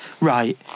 right